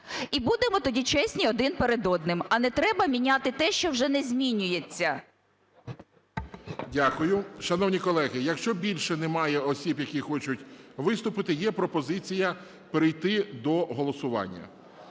і будемо тоді чесні один перед одним, а не треба міняти те, що вже не змінюється. ГОЛОВУЮЧИЙ. Дякую. Шановні колеги, якщо більше немає осіб, які хочуть виступити, є пропозиція перейти до голосування.